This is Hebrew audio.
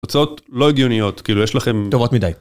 הצעות לא הגיוניות, כאילו יש לכם... טובות מדי.